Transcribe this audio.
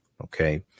Okay